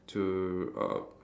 to err